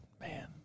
Man